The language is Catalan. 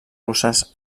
russes